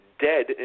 dead